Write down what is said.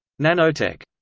nanotech.